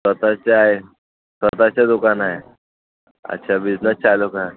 स्वतःचा आहे स्वतःचा दुकान आहे अच्छा बिझनेस चालू कर